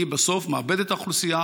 בסוף מאבדת את האוכלוסייה,